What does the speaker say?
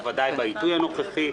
בוודאי בעיתוי הנוכחי.